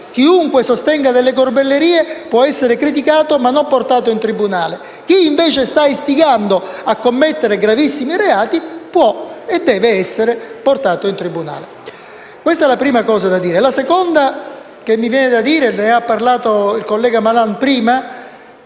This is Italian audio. Chiunque sostenga corbellerie può essere criticato ma non portato in tribunale, chi invece sta istigando a commettere gravissimi reati può e deve essere portato in tribunale. Questa è la prima cosa da dire. La seconda considerazione che vorrei svolgere riprende